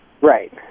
Right